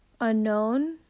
unknown